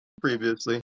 Previously